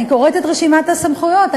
אני קוראת את רשימת הסמכויות,